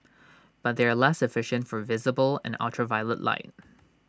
but they are less efficient for visible and ultraviolet light